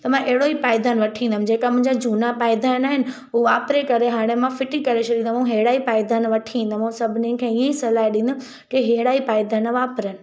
त मां अहिड़ो ई पायदानु वठी ईंदमि जेका मुंहिंजा झूना पायदान आहिनि हो वापरे करे हाणे मां फिटी करे छॾींदमि ऐं अहिड़ा ई पायदानु वठी ईंदमि ऐं सभिनीनि खे ईअ ई सलाह ॾींदमि की अहिड़ा ई पायदानु वापरनि